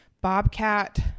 bobcat